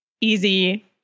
easy